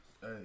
Hey